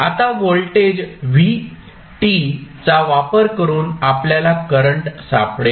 आता voltage v चा वापर करून आपल्याला करंट सापडेल